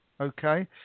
okay